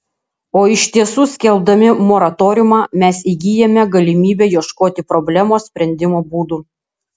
o iš tiesų skelbdami moratoriumą mes įgyjame galimybę ieškoti problemos sprendimo būdų